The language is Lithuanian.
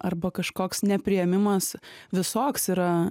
arba kažkoks nepriėmimas visoks yra